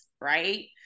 right